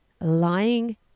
lying